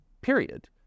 period